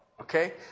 Okay